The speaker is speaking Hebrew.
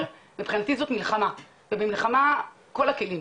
מבחינתי זאת מלחמה ובמלחמה צריך את כל הכלים,